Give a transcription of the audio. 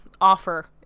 offer